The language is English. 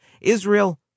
Israel